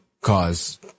cause